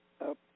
up